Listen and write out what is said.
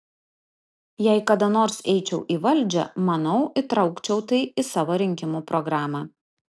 jei kada nors eičiau į valdžią manau įtraukčiau tai į savo rinkimų programą